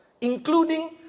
including